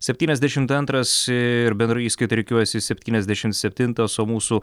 septyniasdešimt antras ir bendroje įskaitoje rikiuojasi septyniasdešim septintas o mūsų